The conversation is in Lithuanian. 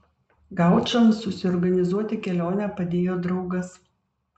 gaučams susiorganizuoti kelionę padėjo draugas